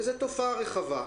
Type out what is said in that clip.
וזה תופעה רחבה.